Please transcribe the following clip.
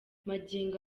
magingo